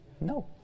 No